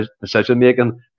decision-making